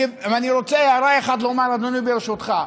אני רוצה לומר הערה אחת, אדוני, ברשותך: